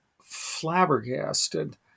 flabbergasted